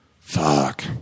Fuck